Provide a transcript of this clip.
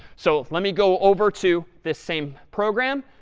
so let me go over to this same program.